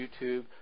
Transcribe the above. YouTube